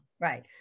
Right